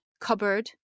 cupboard